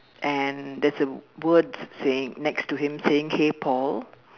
and there's a word saying next to him saying hey Paul